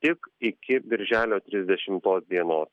tik iki birželio trisdešimos dienos